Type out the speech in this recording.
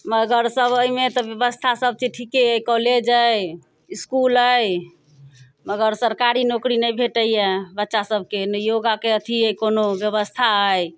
मगर सब अइमे तऽ व्यवस्था सबचीज ठीके अइ कॉलेज अइ इसकुल अइ मगर सरकारी नौकरी नहि भेटै बच्चा सबके ने योगाके अथी अइ कोनो व्यवस्था अइ